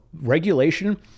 regulation